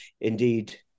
indeed